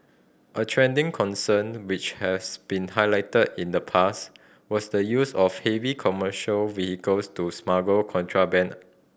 a trending concerned which has been highlighted in the past was the use of heavy commercial vehicles to smuggle contraband